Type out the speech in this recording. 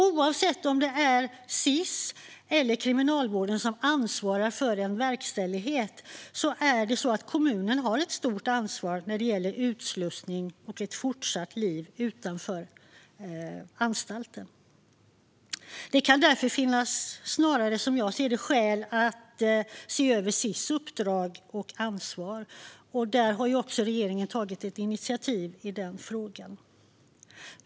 Oavsett om det är Sis eller Kriminalvården som ansvarar för verkställigheten har alltså kommunen ett stort ansvar när det gäller utslussning och ett fortsatt liv utanför anstalten. Som jag ser det kan det därför snarare finnas skäl att se över Sis uppdrag och ansvar, och regeringen har tagit ett initiativ i den frågan.